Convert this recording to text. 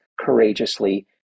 courageously